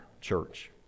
church